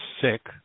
sick